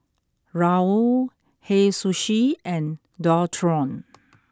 Raoul Hei Sushi and Dualtron